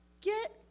Get